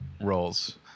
roles